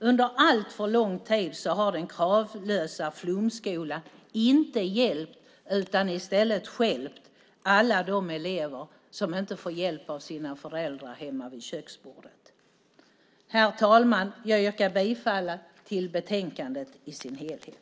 Under alltför lång tid har den kravlösa flumskolan inte hjälpt utan i stället stjälpt alla de elever som inte får hjälp av sina föräldrar hemma vid köksbordet. Herr talman! Jag yrkar bifall till förslaget i betänkandet i dess helhet.